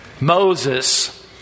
Moses